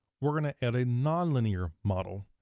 we're gonna add a nonlinear model.